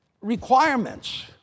requirements